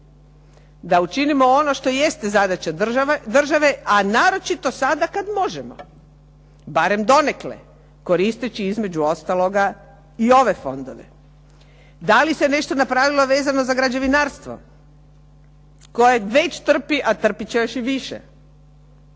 Da učinimo ono što jest zadaća države, a naročito sada kada možemo, barem donekle, koristeći između ostaloga i ove fondove. Da li se nešto napravilo vezano za građevinarstvo koje već trpi a trpjeti će još više.